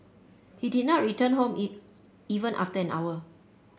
he did not return home it even after an hour